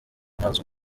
nazo